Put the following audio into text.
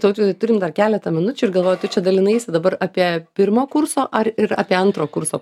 tautvydai turim dar keletą minučių ir galvoju tu čia dalinaisi dabar apie pirmo kurso ar ir apie antro kurso